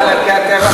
אדוני ראש הממשלה,